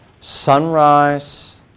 Sunrise